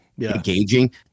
engaging